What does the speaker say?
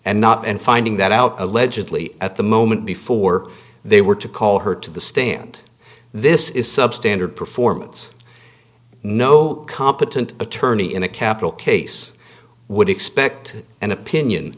and not and finding that out of legibly at the moment before they were to call her to the stand this is substandard performance no competent attorney in a capital case would expect an opinion